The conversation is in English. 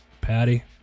Patty